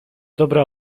dobra